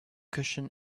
cushion